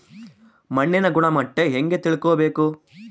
ಮಣ್ಣಿನ ಗುಣಮಟ್ಟ ಹೆಂಗೆ ತಿಳ್ಕೊಬೇಕು?